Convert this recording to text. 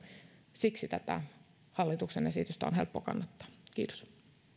siksi tätä hallituksen esitystä on helppo kannattaa kiitos